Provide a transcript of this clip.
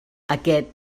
aquest